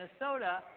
Minnesota